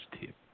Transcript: tip